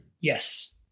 Yes